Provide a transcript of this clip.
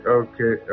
okay